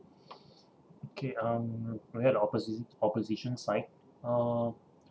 okay um we're the opposi~ opposition side um